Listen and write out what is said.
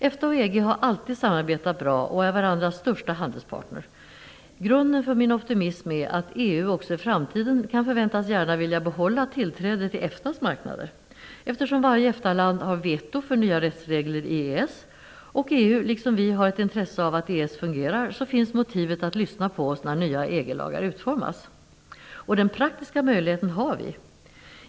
EFTA och EG har alltid samarbetat bra och är varandras största handelspartner. Grunden för min optimism är att EU också i framtiden kan förväntas gärna vilja behålla tillträde till EFTA:s marknader. Eftersom varje EFTA-land har vetorätt mot nya rättsregler i EES och EU, liksom vi har ett intresse av att EES fungerar, finns motivet att lyssna på oss när nya EG-lagar utformas. Den praktiska möjligheten har vi.